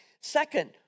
Second